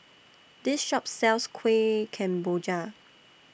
This Shop sells Kuih Kemboja